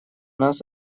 нас